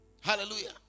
Hallelujah